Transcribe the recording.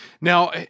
Now